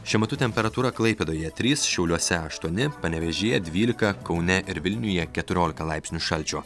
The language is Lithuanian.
šiuo metu temperatūra klaipėdoje trys šiauliuose aštuoni panevėžyje dvylika kaune ir vilniuje keturiolika laipsnių šalčio